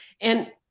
And-